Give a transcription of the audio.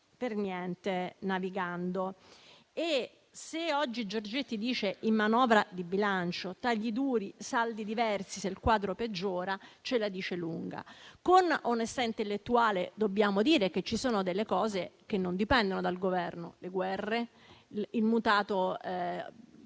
per niente navigando e, se oggi Giorgetti dice in manovra di bilancio «tagli duri, saldi diversi se il quadro peggiora», ce la dice lunga. Con onestà intellettuale dobbiamo dire che ci sono dei fatti che non dipendono dal Governo, come le guerre e le